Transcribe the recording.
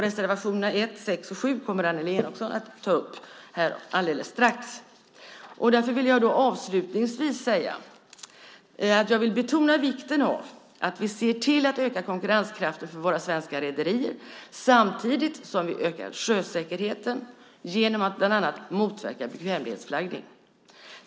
Reservationerna 1, 6 och 7 kommer Annelie Enochson att ta upp alldeles strax. Jag vill avslutningsvis säga att jag betonar vikten av att vi ser till att öka konkurrenskraften för våra svenska rederier samtidigt som vi ökar sjösäkerheten genom att bland annat motverka bekvämlighetsflaggning.